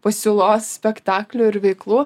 pasiūlos spektaklių ir veiklų